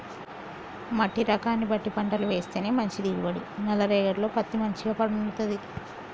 మట్టి రకాన్ని బట్టి పంటలు వేస్తేనే మంచి దిగుబడి, నల్ల రేగఢీలో పత్తి మంచిగ పండుతది